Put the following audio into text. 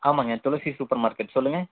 ஆமாம்ங்க Tulasi supermarket சொல்லுங்கள்